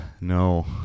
No